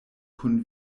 kun